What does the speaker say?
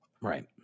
Right